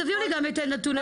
תביאו לי גם את הנתון הזה,